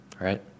Right